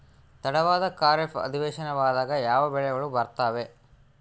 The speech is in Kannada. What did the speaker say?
ತಡವಾದ ಖಾರೇಫ್ ಅಧಿವೇಶನದಾಗ ಯಾವ ಬೆಳೆಗಳು ಬರ್ತಾವೆ?